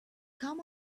come